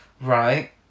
Right